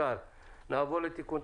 שבעבר העברנו לרלב"ד התייחסויות ובקשות